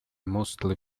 mostly